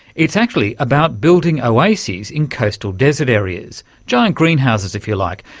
it's actually about building oases in coastal desert areas. giant greenhouses if you like,